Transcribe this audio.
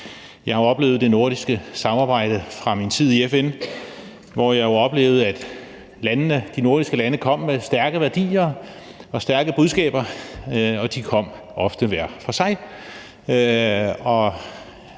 Jeg har oplevet det nordiske samarbejde fra min tid i FN, hvor jeg jo oplevede, at de nordiske lande kom med stærke værdier og stærke budskaber, og de kom ofte hver for sig.